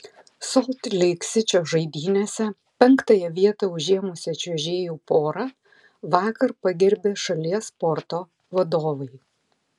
solt leik sičio žaidynėse penktąją vietą užėmusią čiuožėjų porą vakar pagerbė šalies sporto vadovai